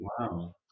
Wow